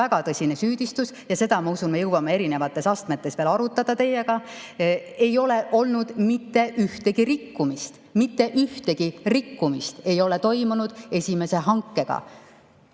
väga tõsine süüdistus ja seda, ma usun, me jõuame erinevates astmetes veel arutada teiega –, ei ole olnud mitte ühtegi rikkumist. Mitte ühtegi rikkumist ei ole toimunud esimese hankega.